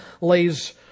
lays